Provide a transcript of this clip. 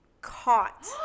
caught